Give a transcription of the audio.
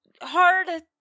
hard